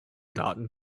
daten